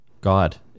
God